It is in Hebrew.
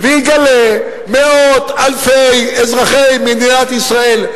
ויגלה מאות אלפי אזרחי מדינת ישראל,